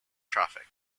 traffic